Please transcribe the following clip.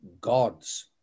gods